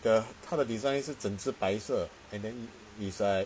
the 他的 design 是整只白色 and then is like